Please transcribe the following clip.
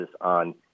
on